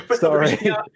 Sorry